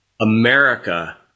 America